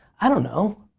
i don't know,